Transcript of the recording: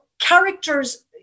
characters